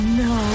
no